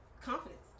Confidence